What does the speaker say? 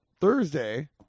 Thursday